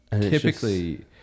typically